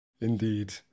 Indeed